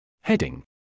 Heading